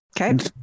Okay